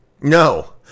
No